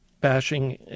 bashing